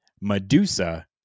Medusa